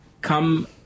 come